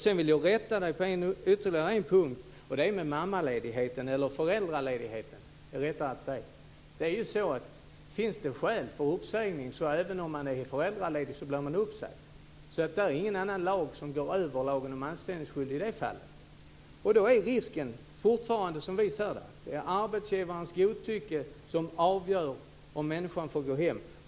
Sedan vill jag rätta Margareta Andersson på ytterligare en punkt. Det gäller det här med mammaledigheten, eller rättare sagt föräldraledigheten. Finns det skäl för uppsägning så blir man uppsagd även om man är föräldraledig. Det finns ingen annan lag som går över lagen om anställningsskydd i det fallet. Då är risken fortfarande som vi ser att det är arbetsgivarens godtycke som avgör om människan får gå hem.